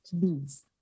please